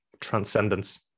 Transcendence